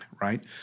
right